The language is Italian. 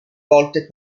volte